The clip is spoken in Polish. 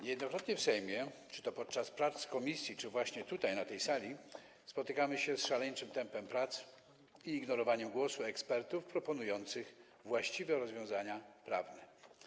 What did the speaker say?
Niejednokrotnie w Sejmie - czy to podczas prac w komisji, czy właśnie tutaj, na tej sali - spotykamy się z szaleńczym tempem prac i ignorowaniem głosów ekspertów proponujących właściwe rozwiązania prawne.